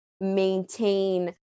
maintain